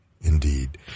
indeed